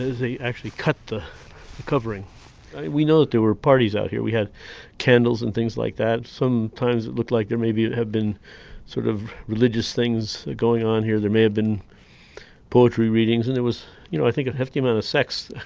they actually cut the covering we know that there were parties out here, we had candles and things like that. sometimes it looked like there may be and have been sort of, religious things going on here, there may have been poetry readings and it was you know, i think a hefty amount of sex.